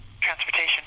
transportation